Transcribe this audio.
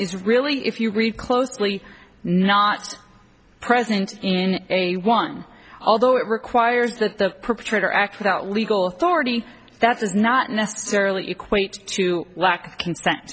is really if you read closely not present in a one although it requires that the perpetrator act without legal authority that's not necessarily equate to lack of